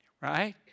right